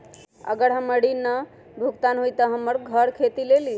अगर हमर ऋण न भुगतान हुई त हमर घर खेती लेली?